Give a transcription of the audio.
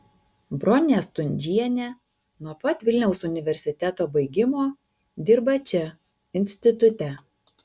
bronė stundžienė nuo pat vilniaus universiteto baigimo dirba čia institute